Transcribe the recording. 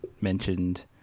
mentioned